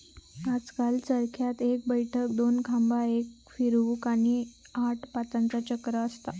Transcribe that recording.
आजकल चरख्यात एक बैठक, दोन खांबा, एक फिरवूक, आणि आठ पातांचा चक्र असता